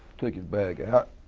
took his bag out.